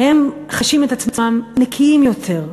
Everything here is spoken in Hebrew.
חשים את עצמם נקיים יותר,